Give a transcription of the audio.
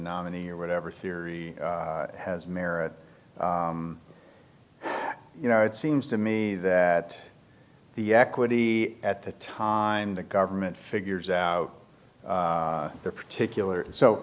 nominee or whatever theory has merit you know it seems to me that the equity at the time the government figures out their particular so